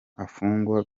afungwa